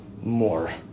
more